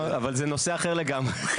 אבל זה נושא אחר לגמרי.